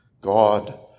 God